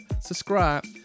Subscribe